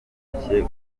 ntashye